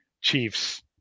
Chiefs